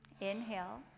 Inhale